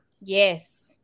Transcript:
Yes